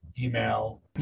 email